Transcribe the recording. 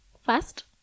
first